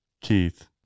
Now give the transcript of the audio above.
Keith